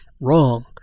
wrong